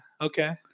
Okay